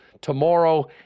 tomorrow